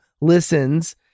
listens